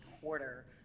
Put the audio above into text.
quarter